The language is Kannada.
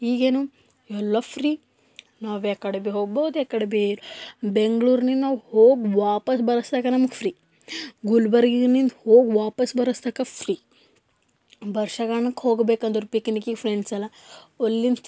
ಈಗೇನು ಎಲ್ಲ ಫ್ರೀ ನಾವು ಯಾಕಡೆ ಭೀ ಹೋಗ್ಬೋದು ಯಾಕಡೆ ಭೀ ಬೆಂಗಳೂರ್ನಿಂದ ನಾವು ಹೋಗಿ ವಾಪಾಸ್ ಬರೋತನ್ಕ ನಮ್ಗೆ ಫ್ರೀ ಗುಲ್ಬರ್ಗದಿಂದ ಹೋಗಿ ವಾಪಾಸ್ ಬರೋತನ್ಕ ಫ್ರೀ ಬರ್ಷಗಾಡನ್ಕೆ ಹೋಗಬೇಕಂದ್ರೂ ಪಿಕನಿಕಿಗೆ ಫ್ರೆಂಡ್ಸ್ ಎಲ್ಲ ಅಲ್ಲಿಂದ